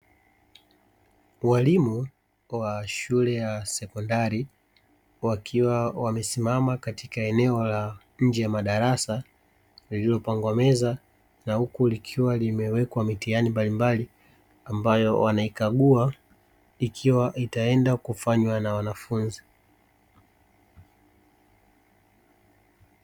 Walimu wa shule ya sekondari wakiwa wamesimama katika eneo la nje ya madarasa yaliyopangwa meza na huku likiwa limewekwa mitihani mbalimbali ambayo wanaikagua, ikiwa itaenda kufanywa na wanafunzi.